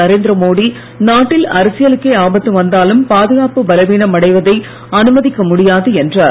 நரேந்திர மோடி நாட்டில் அரசியலுக்கே ஆபத்து வந்தாலும் பாதுகாப்பு பலவீனம் அடைவதை அனுமதிக்க முடியாது என்றார்